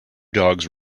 dogs